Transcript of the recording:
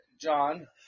John